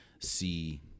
see